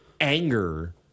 anger